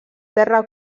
terra